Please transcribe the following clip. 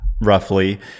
roughly